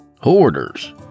Hoarders